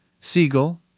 Siegel